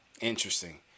Interesting